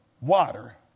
water